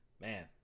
man